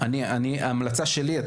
סביב הגני ילדים,